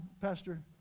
Pastor